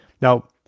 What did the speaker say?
Now